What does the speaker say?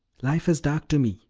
life is dark to me,